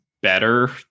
better